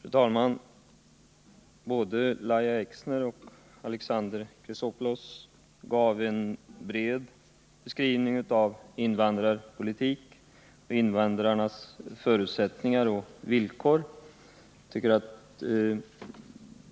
Fru talman! Både Lahja Exner och Alexander Chrisopoulos gav en bred beskrivning av invandrarpolitiken, av invandrarnas förutsättningar och villkor.